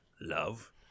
love